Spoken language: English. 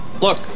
Look